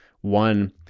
one